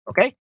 Okay